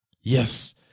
Yes